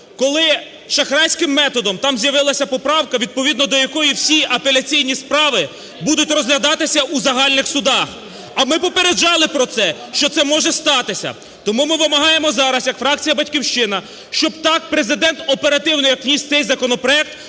Коли шахрайським методом там з'явилась поправка, відповідно до якої всі апеляційні справи будуть розглядатися у загальних судах. А ми попереджали про це, що це може статися! Тому ми вимагаємо зараз як фракція "Батьківщина", щоб так Президент оперативно, як вніс цей законопроект,